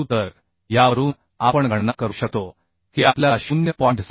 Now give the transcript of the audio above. तर यावरून आपण गणना करू शकतो की आपल्याला 0